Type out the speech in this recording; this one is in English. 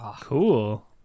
Cool